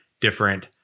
different